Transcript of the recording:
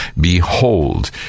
behold